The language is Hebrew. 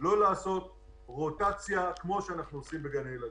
לא לעשות רוטציה כמו שעושים בגני הילדים.